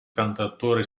cantautore